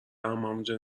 همونجا